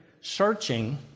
searching